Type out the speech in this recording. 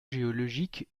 géologiques